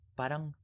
parang